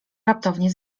raptownie